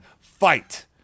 fight